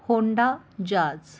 Honda jazz